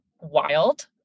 wild